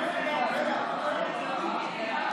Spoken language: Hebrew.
שלא הצביע?